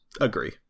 Agree